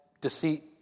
deceit